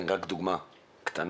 דוגמה קטנה,